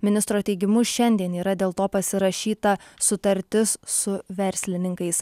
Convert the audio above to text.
ministro teigimu šiandien yra dėl to pasirašyta sutartis su verslininkais